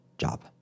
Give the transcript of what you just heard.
Job